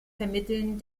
vermitteln